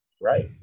right